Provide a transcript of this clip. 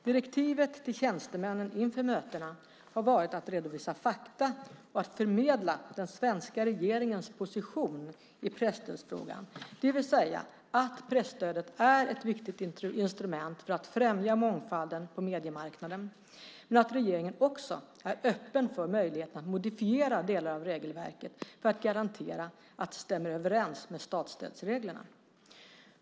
Direktivet till tjänstemännen inför mötena har varit att redovisa fakta och att förmedla den svenska regeringens position i presstödsfrågan, det vill säga att presstödet är ett viktigt instrument för att främja mångfalden på mediemarknaden, men att regeringen också är öppen för möjligheten att modifiera delar av regelverket för att garantera att det stämmer överens med statsstödsreglerna.